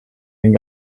den